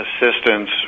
assistance